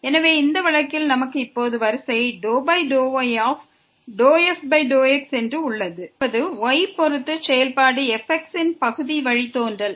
எனவே இந்த வழக்கில் நமக்கு இப்போது வரிசை ∂y∂f∂x என்று உள்ளது அதாவது செயல்பாடு fx ன் y பொறுத்து பகுதி வழித்தோன்றல்